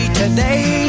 today